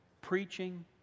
preaching